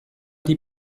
die